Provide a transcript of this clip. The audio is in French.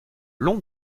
long